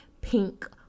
pink